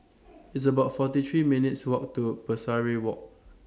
It's about forty three minutes' Walk to Pesari Walk